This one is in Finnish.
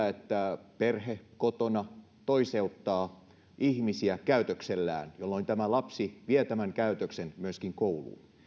että perhe kotona toiseuttaa ihmisiä käytöksellään jolloin lapsi vie tämän käytöksen myöskin kouluun